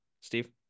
Steve